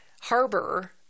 harbor